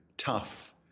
tough